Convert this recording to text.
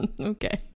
Okay